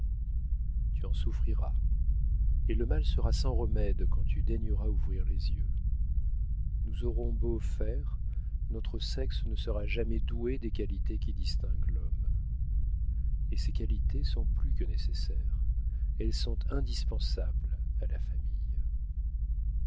tu en souffriras et le mal sera sans remède quand tu daigneras ouvrir les yeux nous aurons beau faire notre sexe ne sera jamais doué des qualités qui distinguent l'homme et ces qualités sont plus que nécessaires elles sont indispensables à la famille